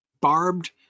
Barbed